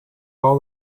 all